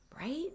right